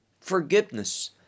forgiveness